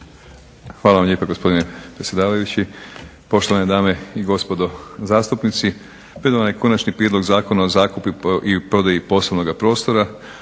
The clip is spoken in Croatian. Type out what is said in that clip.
Hvala vam lijepa gospodine predsjedavajući, poštovane dame i gospodo zastupnici. Pred vama je Konačni prijedlog zakona o zakupu i prodaji poslovnoga prostora.